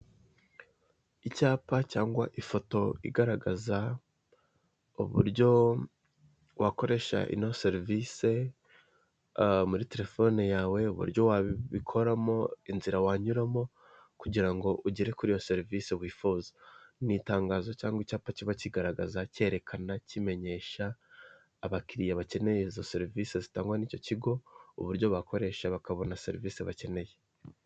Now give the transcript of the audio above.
Icyapa cyangwa ifoto igaragaza uburyo wakoresha ino serivisi muri telefone yawe, uburyo wabikoramo, inzira wanyuramo, kugira ngo ugere kuri iyo serivisi wifuza. Ni itangazo cyangwa icyapa kiba kigaragaza, cyerekana, kimenyesha abakiriya bakeneye izo serivisi zitangwa n'icyo kigo. Uburyo bakoresha bakabona serivisi bakeneye.